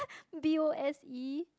B_O_S_E